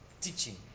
teaching